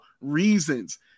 reasons